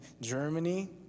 Germany